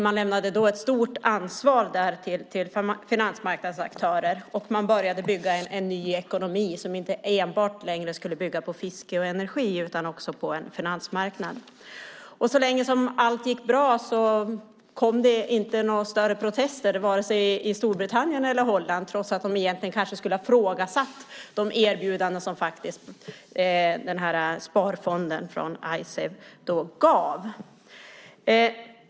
Man lämnade då ett stort ansvar till finansmarknadens aktörer och började bygga en ny ekonomi, som inte längre enbart skulle bygga på fiske och energi, utan också på en finansmarknad. Så länge allt gick bra kom det inte några större protester från vare sig Storbritannien eller Holland, trots att de egentligen kanske skulle ha ifrågasatt de erbjudanden som sparfonden från Icesave gav.